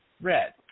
Red